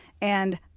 And-